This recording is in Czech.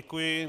Děkuji.